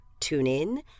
TuneIn